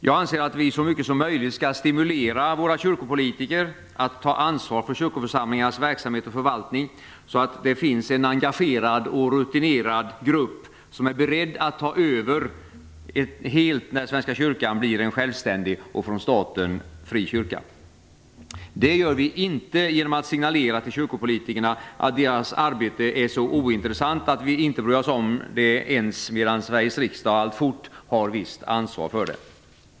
Jag anser att vi så mycket som möjligt skall stimulera våra kyrkopolitiker att ta ansvar för kyrkoförsamlingarnas verksamhet och förvaltning så att det finns en engagerad och rutinerad grupp, som är beredd att ta över helt när Svenska kyrkan blir en självständig och från staten fri kyrka. Det gör vi inte genom att signalera till kyrkopolitikerna att deras arbete är så ointressant att vi inte bryr oss om det ens medan Sveriges riksdag alltfort har visst ansvar för det.